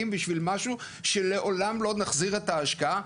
בשביל משהו שלעולם לא נחזיר את ההשקעה,